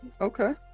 Okay